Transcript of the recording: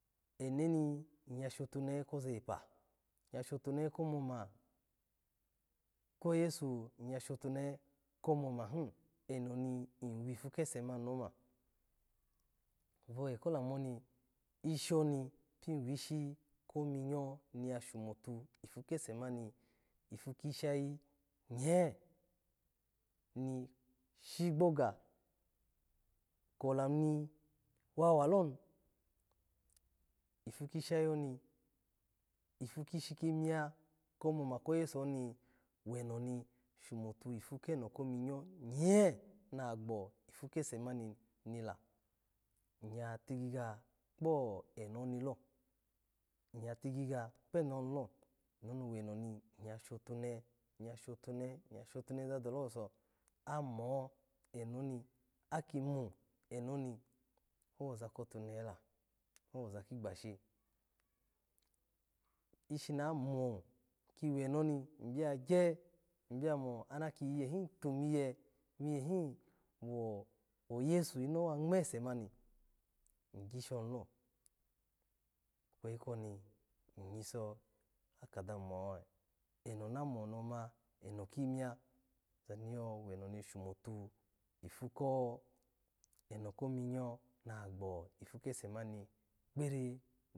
Enoni iya shotune he koza epa, iya shotunehe ko moma ko yasu iya shotunehe ko moma hi, eno mi wipu kese mani nipoma, vewa ko lamu ni, ishi oni pi wishi ko minye ni ya shomotu ipu kese mani ipu. Kisha nye, ni shigboga, ko laono ni wawa loni, ipu kishayi ni, ipa ki shi kiminya komoma ko yes oni weno ni shomotu ipu keno kominyo nye nagbo ipu kese mani la, iyaya tigiga kpo eno nilo, iya tigiga kpo eno nilo, enoni weno ni iya shotunehe. iya shotunehe, iya shotunehe dole owuso, amo eno ni aki mu eno mi owoza kotunehe la woza ki ghashi, ishi namu ki wenoni ibiya gye ibiya mo ana kitimiye, miyehi wo o yesu inowa nganese mani igyisho nilo, ikweyi kini igyiso aka ni mo eno ni ama ni yama, eno kiminya ozani yo wemo ni shomotu ifu ko eno kominyo na gbo ipu kese mani kpiri.